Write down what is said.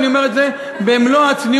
ואני אומר את זה במלוא הצניעות